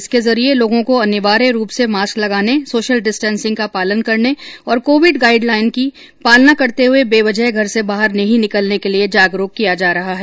इसके जरिये लोगों को अनिवार्य रूप से मास्क लगाने सोशल डिस्टेन्सिंग का पालन करने और कोविड गाईडलाईन की पालना करते हुए बेवजह घर से बाहर नहीं निकलने के लिए जागरूक किया जा रहा है